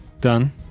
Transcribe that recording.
Done